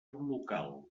local